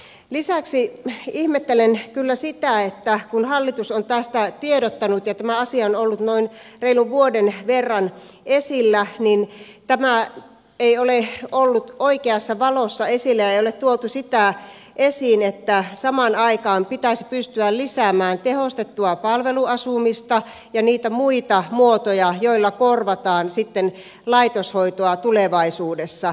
lisäksi ihmettelen kyllä sitä että kun hallitus on tästä tiedottanut ja tämä asia on ollut noin reilun vuoden verran esillä niin tämä ei ole ollut oikeassa valossa esillä ja ei ole tuotu esiin sitä että samaan aikaan pitäisi pystyä lisäämään tehostettua palveluasumista ja niitä muita muotoja joilla korvataan laitoshoitoa tulevaisuudessa